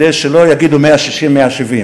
כדי שלא יגידו 160 170,